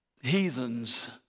heathens